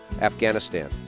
Afghanistan